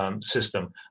system